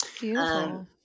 Beautiful